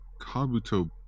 Kabuto